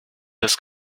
his